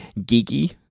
geeky